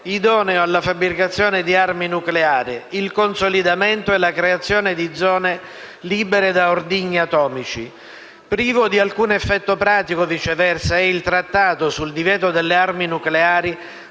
idoneo alla fabbricazione di armi nucleari, il consolidamento e la creazione di zone libere da ordigni atomici. Privo di alcun effetto pratico, viceversa, è il Trattato sul divieto delle armi nucleari